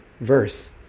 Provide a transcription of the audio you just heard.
verse